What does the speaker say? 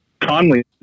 Conley